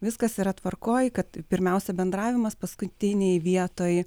viskas yra tvarkoj kad pirmiausia bendravimas paskutinėj vietoj